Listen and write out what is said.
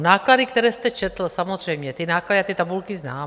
Náklady, které jste četl samozřejmě, ty náklady, ty tabulky znám.